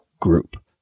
group